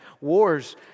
wars